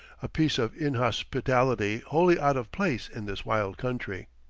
a piece of inhospitality wholly out of place in this wild country.